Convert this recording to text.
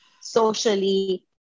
socially